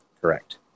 Correct